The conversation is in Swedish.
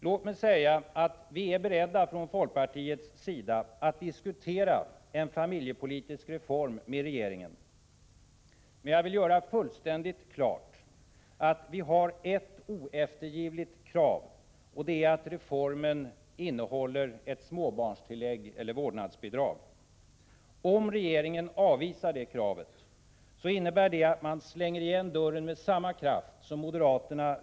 Låt mig säga att vi från folkpartiets sida är beredda att med regeringen diskutera en familjepolitisk reform. Man jag vill göra fullständigt klart att vi har ett oeftergivligt krav, och det är att reformen innehåller ett småbarnstillägg eller vårdnadsbidrag. Om regeringen avvisar det kravet, innebär det att man slänger igen dörren med samma kraft som moderaterna.